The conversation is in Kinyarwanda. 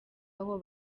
aho